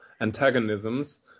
antagonisms